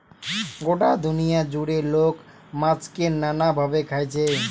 গটা দুনিয়া জুড়ে লোক মাছকে নানা ভাবে খাইছে